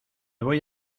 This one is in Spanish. voy